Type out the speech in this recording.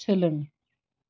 सोलों